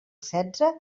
setze